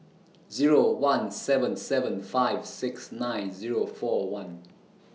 Zero one seven seven five six nine Zero four one